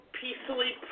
peacefully